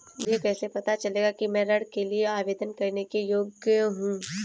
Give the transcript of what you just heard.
मुझे कैसे पता चलेगा कि मैं ऋण के लिए आवेदन करने के योग्य हूँ?